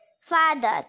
father